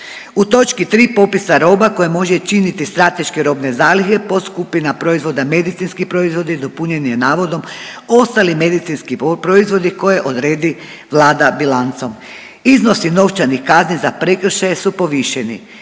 U točki 3. popisa roba koje može činiti strateške robne zalihe podskupina proizvoda medicinski proizvodi dopunjen je navodom ostali medicinski proizvodi koje odredi vlada bilancom. Iznosi novčanih kazni za prekršaje su povišeni.